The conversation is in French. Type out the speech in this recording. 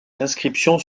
inscriptions